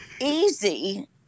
easy